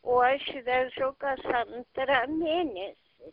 o aš vežu kas antrą mėnesį